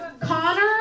Connor